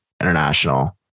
international